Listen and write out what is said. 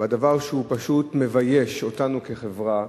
והדבר שהוא פשוט מבייש אותנו כחברה,